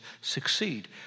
succeed